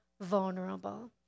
vulnerable